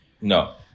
No